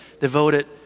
devoted